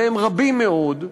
והם רבים מאוד,